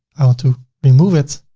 i want to remove it.